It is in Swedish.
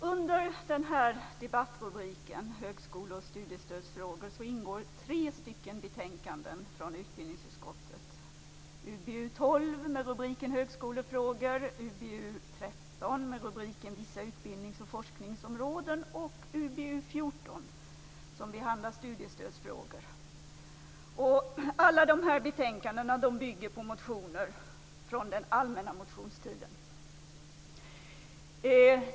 Fru talman! Under debattrubriken Högskole och studiestödsfrågor ingår tre betänkanden från utbildningsutskottet. Det är UbU12 med rubriken Högskolefrågor, UbU13 med rubriken Vissa utbildnings och forskningsområden och UbU14 som behandlar Studiestödsfrågor. Alla betänkandena bygger på motioner från den allmänna motionstiden.